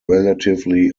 relatively